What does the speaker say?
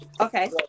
Okay